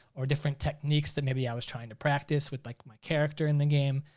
or different techniques that maybe i was trying to practice with like my character in the game,